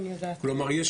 אני חושב שיש